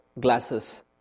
glasses